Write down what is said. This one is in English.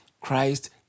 Christ